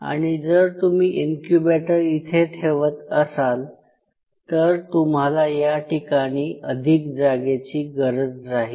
आणि जर तुम्ही इन्क्युबेटर इथे ठेवत असाल तर तुम्हाला या ठिकाणी अधिक जागेची गरज राहील